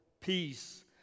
peace